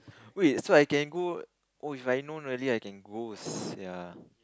wait so I can go oh If I known really I can go sia